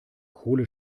kohle